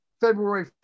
February